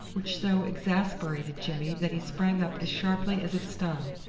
which so exasperated jimmy that he sprang up as sharply as if stung,